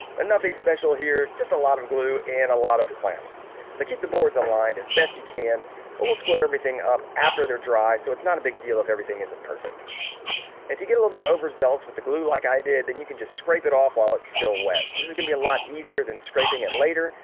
and nothing special here just a lot of glue and a lot of clamps so keep the board's on line as best you can but we'll square everything up after they're dry so it's not a big deal if everything isn't perfect if you get a little bit overzealous with the glue like i did then you can just scrape it off while it's still wet. this is gonna be a lot easier than scraping it later,